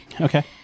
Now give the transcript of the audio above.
Okay